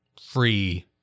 free